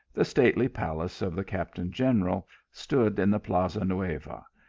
the stately palace of the captain-general stood in the plaza nueva,